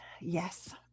yes